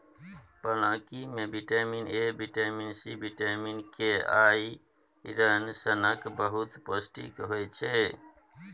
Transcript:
पलांकी मे vitamin A, vitamin C, vitamin K आ आइरन सनक बहुत पौष्टिक होइ छै